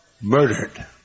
Murdered